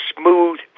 smooth